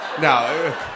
No